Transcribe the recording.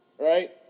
right